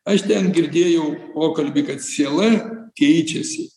aš ten girdėjau pokalbį kad siela keičiasi